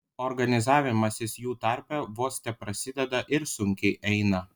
organizavimasis jų tarpe vos teprasideda ir sunkiai eina